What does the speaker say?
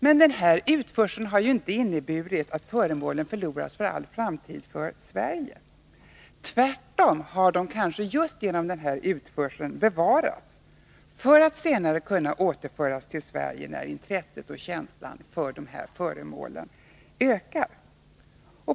Men denna utförsel har ju inte inneburit att föremålen förlorats för all framtid för Sverige. Tvärtom har de kanske just genom den här utförseln bevarats för att senare kunna återföras till Sverige när intresset och känslan för de här föremålen ökar.